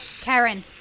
Karen